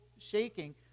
shaking